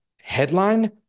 headline